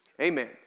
Amen